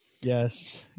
Yes